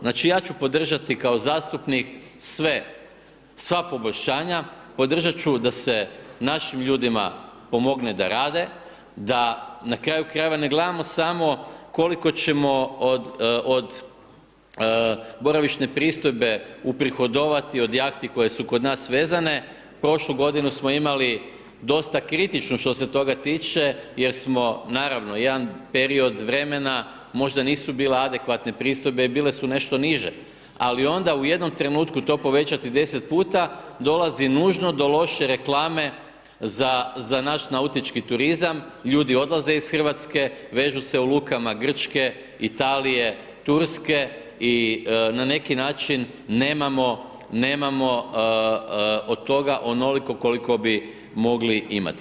Znači ja ću podržati kao zastupnik sve, sva poboljšanja, podržat ću da se našim ljudima pomogne da rade, da na kraju krajeva ne gledamo smo koliko ćemo od boravišne pristojbe uprihodovati od jahti koje su kod nas vezane, prošlu godinu smo imali dosta kritičnu što se toga tiče jer smo naravno jedan period vremena, možda nisu bile adekvatne pristojbe, bile su nešto niže, ali onda u jednom trenutku to povećati 10 puta dolazi nužno do loše reklame za, za naš nautički turizam, ljudi odlaze iz Hrvatske, vežu se u lukama Grčke, Italije, Turske i na neki način nemamo, nemamo od toga onoliko koliko bi mogli imati.